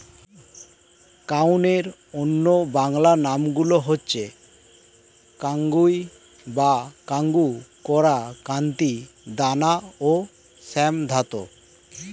কাউনের অন্য বাংলা নামগুলো হচ্ছে কাঙ্গুই বা কাঙ্গু, কোরা, কান্তি, দানা ও শ্যামধাত